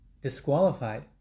disqualified